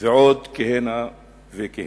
ועוד כהנה וכהנה.